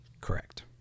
Correct